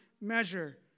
measure